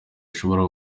ashobora